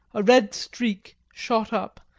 a red streak shot up,